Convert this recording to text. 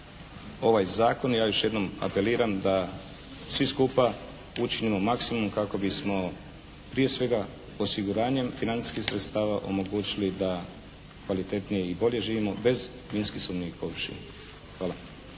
ovaj zakon ja još jednom apeliram da svi skupa učinimo maksimum kako bismo prije svega osiguranjem financijskih sredstava omogućili da kvalitetnije i bolje živimo bez minski sumnjivih površina. Hvala.